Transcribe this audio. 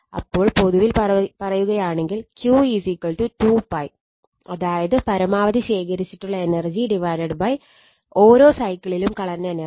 അപ്പോൾ പൊതുവിൽ പറയുകയാണെങ്കിൽ Q 2 𝜋 പരമാവധി ശേഖരിച്ചിട്ടുള്ള എനർജി ഓരോ സൈക്കിളിലും കളഞ്ഞ എനർജി